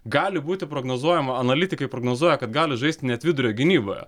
gali būti prognozuojama analitikai prognozuoja kad gali žaisti net vidurio gynyboje